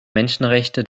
menschenrechte